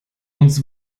uns